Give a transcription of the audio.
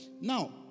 Now